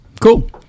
Cool